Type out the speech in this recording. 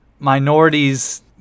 Minorities